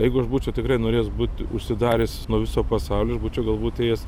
jeigu aš būčiau tikrai norėjęs būt užsidaręs nuo viso pasaulio ir būčiau galbūt ėjęs